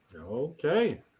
Okay